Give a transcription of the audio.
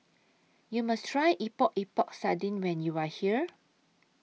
YOU must Try Epok Epok Sardin when YOU Are here